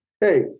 hey